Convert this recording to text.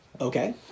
Okay